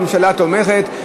הממשלה תומכת.